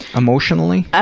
emotionally? ah